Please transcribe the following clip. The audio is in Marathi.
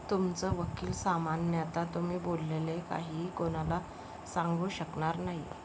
तुमचा वकील सामान्यतः तुम्ही बोललेले काहीही कोणाला सांगू शकणार नाही